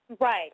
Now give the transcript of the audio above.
Right